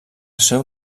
seu